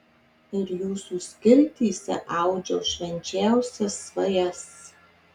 ir jūsų skiltyse audžiau švenčiausias svajas